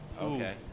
okay